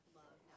love